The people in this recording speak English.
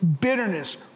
bitterness